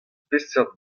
peseurt